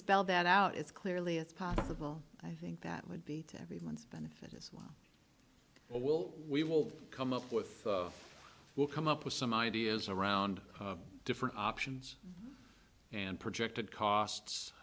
spell that out as clearly as possible i think that would be to everyone's benefit as well we will come up with will come up with some ideas around different options and projected costs